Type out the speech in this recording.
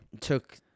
took